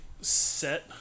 set